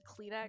Kleenex